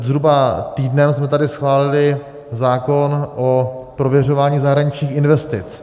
Zhruba před týdnem jsme tady schválili zákon o prověřování zahraničních investic.